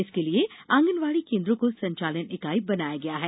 इसके लिए आँगनवाड़ी कोन्द्रों को संचालन इकाई बनाया गया है